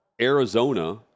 Arizona